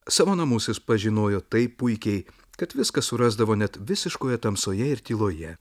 savo namus jis pažinojo taip puikiai kad viską surasdavo net visiškoje tamsoje ir tyloje